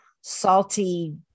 salty